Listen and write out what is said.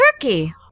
turkey